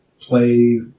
play